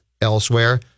elsewhere